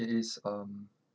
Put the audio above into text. it is um